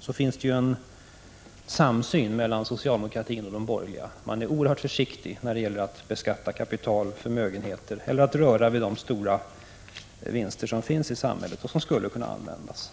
så finns det en samsyn mellan socialdemokratin och de borgerliga. Man är oerhört försiktig när det gäller att beskatta kapital och förmögenheter eller att röra vid de stora vinster som finns i samhället och som skulle kunna användas.